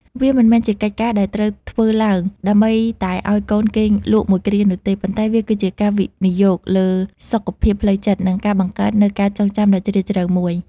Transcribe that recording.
វាមិនមែនជាកិច្ចការដែលត្រូវធ្វើឡើងដើម្បីតែឱ្យកូនគេងលក់មួយគ្រានោះទេ ប៉ុន្តែវាគឺជាការវិនិយោគលើសុខភាពផ្លូវចិត្ត និងការបង្កើតនូវការចងចាំដ៏ជ្រាលជ្រៅមួយ